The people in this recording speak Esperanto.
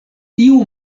tiu